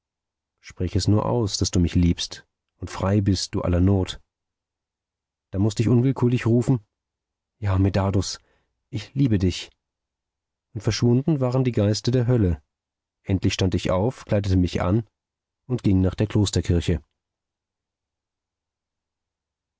sprich es nur aus daß du mich liebst und frei bist du aller not da mußt ich unwillkürlich rufen ja medardus ich liebe dich und verschwunden waren die geister der hölle endlich stand ich auf kleidete mich an und ging nach der klosterkirche